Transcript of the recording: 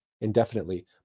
indefinitely